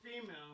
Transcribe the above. female